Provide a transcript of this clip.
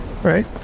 Right